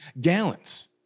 gallons